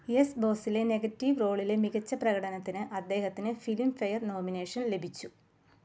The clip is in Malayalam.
യെസ് ബോസിലെ നെഗറ്റീവ് റോളിലെ മികച്ച പ്രകടനത്തിന് അദ്ദേഹത്തിന് ഫിലിം ഫെയർ നോമിനേഷൻ ലഭിച്ചു